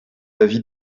avis